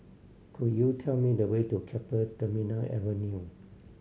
could you tell me the way to Keppel Terminal Avenue